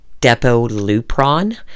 Depolupron